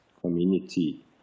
community